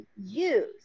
use